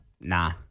Nah